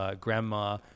grandma